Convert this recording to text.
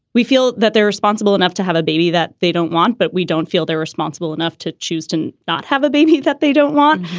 we feel that they're responsible enough to have a baby that they don't want, but we don't feel they're responsible enough to choose to not have a baby that they don't want.